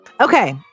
Okay